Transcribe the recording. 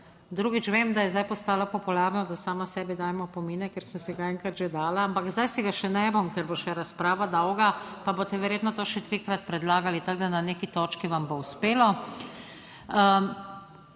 Drugič, vem, da je zdaj postalo popularno, da sama sebi dajem opomine, ker sem si ga enkrat že dala, ampak zdaj si ga še ne bom, ker bo še razprava dolga, pa boste verjetno to še trikrat predlagali, tako da na neki točki vam bo uspelo.